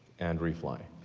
and re-fly.